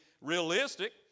realistic